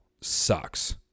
sucks